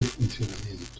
funcionamiento